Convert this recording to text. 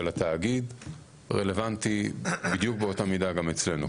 התאגיד רלוונטי בדיוק באותה מידה גם אצלנו.